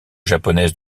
japonaise